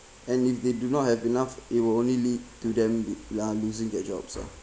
and if they do not have enough it will only lead to them lo~ losing their jobs lah